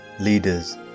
leaders